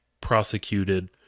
prosecuted